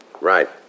Right